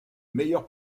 meilleur